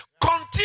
Continue